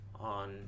on